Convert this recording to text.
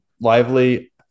lively